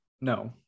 no